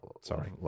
Sorry